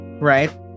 Right